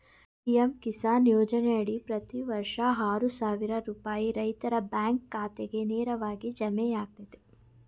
PM Kisan ಯೋಜನೆಯಡಿ ಪ್ರತಿ ವರ್ಷ ಆರು ಸಾವಿರ ರೂಪಾಯಿ ರೈತರ ಬ್ಯಾಂಕ್ ಖಾತೆಗೆ ನೇರವಾಗಿ ಜಮೆಯಾಗ್ತದೆ